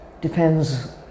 depends